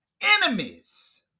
enemies